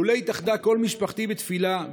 לולא התאחדה כל משפחתי בתפילה,